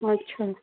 अच्छा